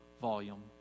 volume